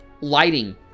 Lighting